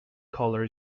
color